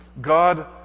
God